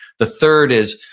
the third is